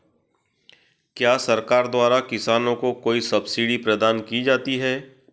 क्या सरकार द्वारा किसानों को कोई सब्सिडी प्रदान की जाती है?